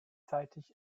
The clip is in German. gleichzeitig